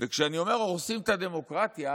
וכשאני אומר "הורסים את הדמוקרטיה"